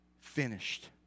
finished